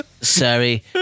Sorry